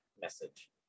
message